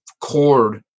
cord